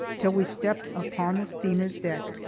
till we stepped upon the steamer's deck.